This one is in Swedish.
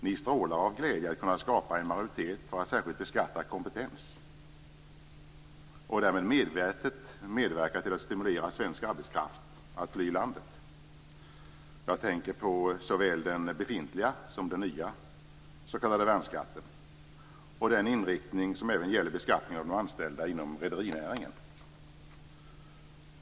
Ni strålar av glädje att kunna skapa en majoritet för att särskilt beskatta kompetens och därmed medvetet medverka till att stimulera svensk arbetskraft att fly landet. Jag tänker på såväl den befintliga som den nya s.k. värnskatten och den inriktning som även gäller beskattningen av de anställda inom rederinäringen.